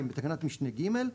בתקנת משנה (ג),